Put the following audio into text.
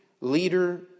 leader